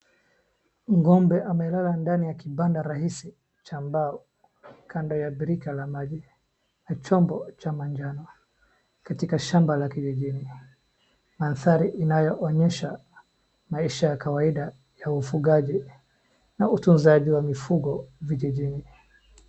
Ng'ombe amelala ndani ya kibanda rahisi cha mbao, kando ya birika la maji, chombo cha majano, katika shamba la kijijini, andhari inayo onyesha maisha ya kawaida ya ufungaji na utunzaji wa mifugo kijijini.